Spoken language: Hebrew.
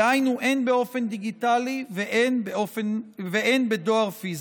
דהיינו הן באופן דיגיטלי והן בדואר פיזי.